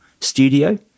studio